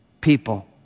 people